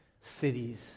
cities